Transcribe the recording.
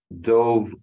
dove